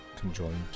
conjoined